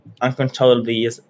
uncontrollably